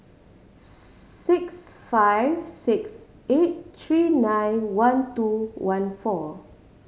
six five six eight three nine one two one four